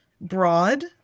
broad